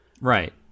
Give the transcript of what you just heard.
Right